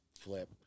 flip